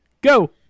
go